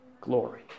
glory